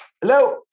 hello